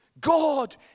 God